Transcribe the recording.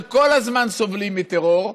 שכל הזמן סובלים מטרור,